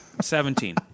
Seventeen